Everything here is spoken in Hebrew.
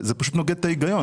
זה פשוט נוגד את ההיגיון.